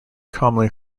commonly